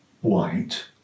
white